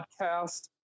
podcast